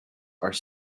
are